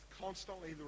constantly